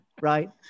right